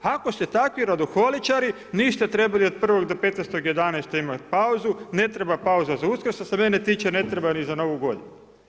Ako ste takvi radoholičari, niste trebali od 01. do 15.11. imati pauzu, ne treba pauza za Uskrs, što se mene tiče ne treba ni za Novu Godinu.